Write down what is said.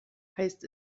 heißt